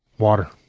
water.